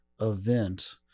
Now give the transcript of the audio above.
event